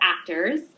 actors